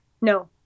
no